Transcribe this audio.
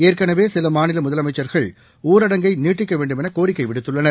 ஏற்கனவே சில மாநில முதலமைச்சர்கள் ஊரடங்கை நீட்டிக்க வேண்டுமென கோிக்கை விடுத்தள்ளன்